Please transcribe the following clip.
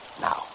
Now